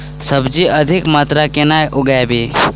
सब्जी अधिक मात्रा मे केना उगाबी?